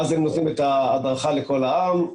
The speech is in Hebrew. ואז הם עושים את ההדרכה לכל העם,